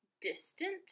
distant